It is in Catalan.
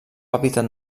hàbitat